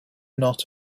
not